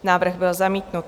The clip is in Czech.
Návrh byl zamítnut.